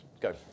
go